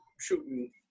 shooting